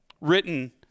written